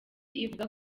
ivuga